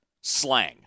slang